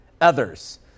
others